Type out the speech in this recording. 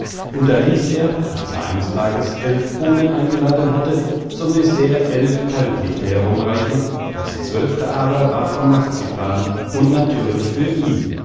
ließ er als er eines tages elf polen eingeladen hatte zum dessert elf talglichte herumreichen das zwölfte aber war von marzipan und natürlich für ihn